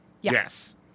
Yes